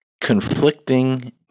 conflicting